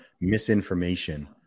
misinformation